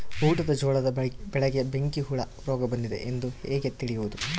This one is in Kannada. ಊಟದ ಜೋಳದ ಬೆಳೆಗೆ ಬೆಂಕಿ ಹುಳ ರೋಗ ಬಂದಿದೆ ಎಂದು ಹೇಗೆ ತಿಳಿಯುವುದು?